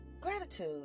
Gratitude